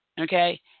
okay